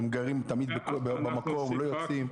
הם גרים תמיד באותו מקום, לא יוצאים?